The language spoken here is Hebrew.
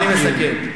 אני מסכם.